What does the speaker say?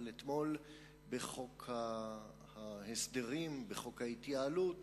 אבל, אתמול בחוק ההסדרים, בחוק ההתייעלות,